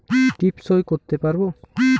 টিপ সই করতে পারবো?